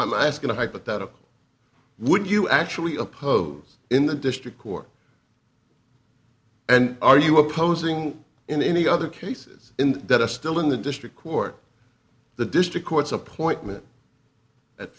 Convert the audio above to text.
i'm asking a hypothetical would you actually oppose in the district court and are you opposing in any other cases that are still in the district court the district courts appointment at